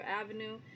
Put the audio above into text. avenue